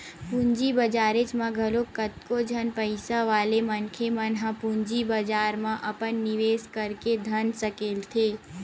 पूंजी बजारेच म घलो कतको झन पइसा वाले मनखे मन ह पूंजी बजार म अपन निवेस करके धन सकेलथे